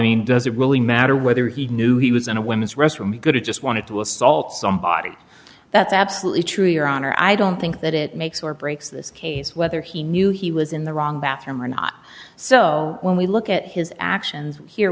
mean does it really matter whether he knew he was in a women's restroom good or just wanted to assault somebody that's absolutely true your honor i don't think that it makes or breaks this case whether he knew he was in the wrong bathroom or not so when we look at his actions here